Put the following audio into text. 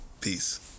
peace